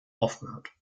aufgehört